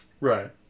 Right